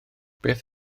beth